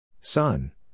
Son